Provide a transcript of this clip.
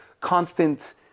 constant